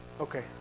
Okay